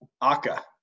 Aka